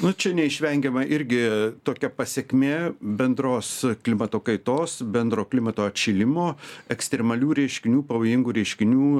nu čia neišvengiama irgi tokia pasekmė bendros klimato kaitos bendro klimato atšilimo ekstremalių reiškinių pavojingų reiškinių